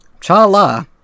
Cha-la